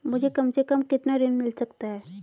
मुझे कम से कम कितना ऋण मिल सकता है?